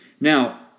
Now